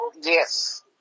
Yes